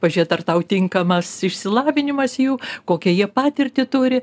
pažėt ar tau tinkamas išsilavinimas jų kokią jie patirtį turi